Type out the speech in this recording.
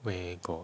where got